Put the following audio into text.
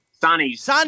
Sonny's